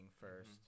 first